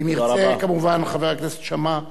אם ירצה, כמובן, חבר הכנסת שאמה להשיב,